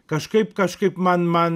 kažkaip kažkaip man man